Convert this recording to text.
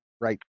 right